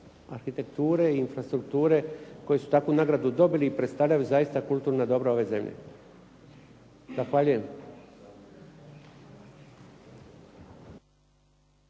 arhitekture i infrastrukture koji su takvu nagradu dobili i predstavljaju zaista kulturna dobra ove zemlje. Zahvaljujem.